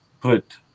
put